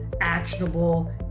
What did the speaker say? actionable